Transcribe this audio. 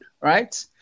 right